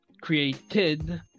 created